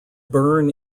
burn